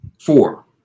Four